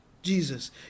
Jesus